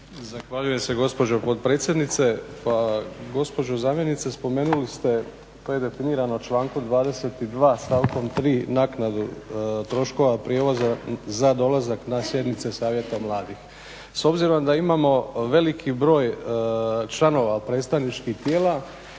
Zahvaljujem se gospođo potpredsjednice. Pa gospođo zamjenice spomenuli ste to je definirano člankom 22. stavkom 3. naknadu troškova prijevoza za dolazak na sjednice Savjeta mladih. S obzirom da imamo veliki broj članova predstavničkih tijela